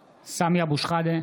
(קורא בשמות חברי הכנסת) סמי אבו שחאדה,